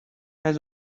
has